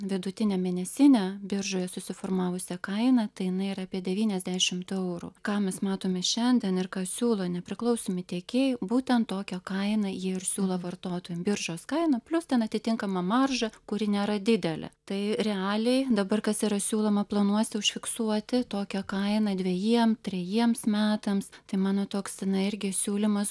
vidutinę mėnesinę biržoje susiformavusią kainą tai jinai yra apie devyniasdešimy eurų ką mes matome šiandien ir ką siūlo nepriklausomi tiekėjai būtent tokią kainą jie ir siūlo vartotojam biržos kaina plius ten atitinkama marža kuri nėra didelė tai realiai dabar kas yra siūloma planuose užfiksuoti tokią kainą dvejiem trejiems metams tai mano toks na irgi siūlymas